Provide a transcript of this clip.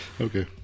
okay